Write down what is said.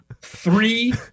three